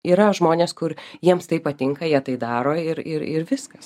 yra žmonės kur jiems tai patinka jie tai daro ir ir ir viskas